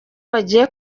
bagiye